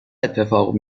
اتفاق